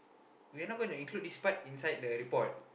we're not gonna include this part inside the report